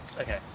Okay